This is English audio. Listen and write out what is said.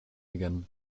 again